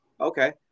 Okay